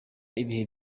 ibihe